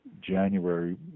January